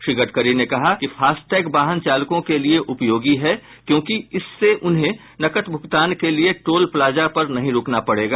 श्री गडकरी ने कहा कि फास्टैग वाहन चालकों के लिए उपयोगी है क्योंकि इससे उन्हें नकद भुगतान के लिए टोल प्लाजा पर नहीं रूकना पड़ेगा